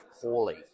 poorly